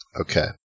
Okay